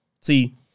see